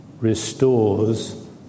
restores